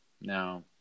Now